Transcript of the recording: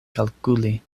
kalkuli